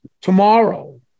tomorrow